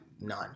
none